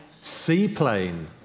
Seaplane